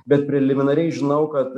bet preliminariai žinau kad